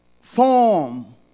form